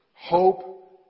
hope